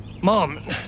Mom